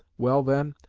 well, then,